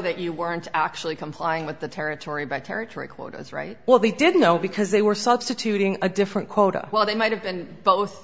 that you weren't actually complying with the territory by territory quotas right well they didn't know because they were substituting a different quota well they might have been both